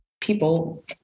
people